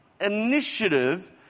initiative